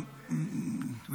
יושב-ראש הכנסת,